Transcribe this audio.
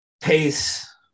pace